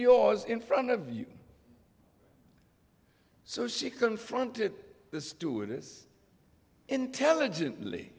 yours in front of you so she confronted the stewardess intelligently